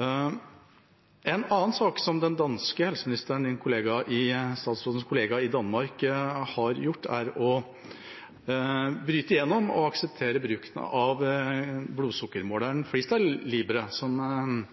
En annen sak den danske helseministeren, statsrådens kollega i Danmark, har gjort, er å bryte gjennom og akseptere bruken av blodsukkermåleren FreeStyle Libre, som